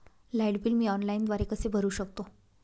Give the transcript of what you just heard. Light bill मी ऑनलाईनद्वारे कसे भरु शकतो?